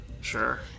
Sure